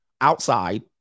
outside